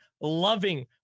loving